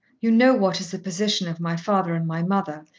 you know what is the position of my father and my mother,